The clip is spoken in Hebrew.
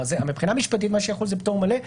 מבחינה משפטית מה שיחול זה פטור מלא.